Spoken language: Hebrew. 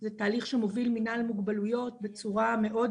זה תהליך שמוביל מנהל מוגבלויות בצורה מאוד